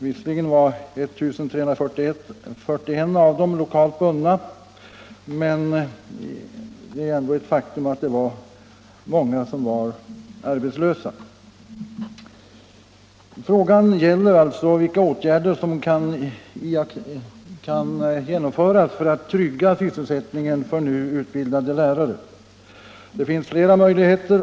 Visserligen var 1 341 av dem lokalt bundna, men faktum kvarstår ju ändå att många var arbetslösa. ningen för redan utbildade lärare. Ja, där finns det flera möjligheter.